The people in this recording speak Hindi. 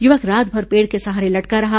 युवक रातभर पेड़ के सहारे लटका रहा